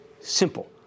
Simple